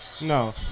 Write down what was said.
No